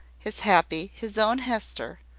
his happy, his own hester,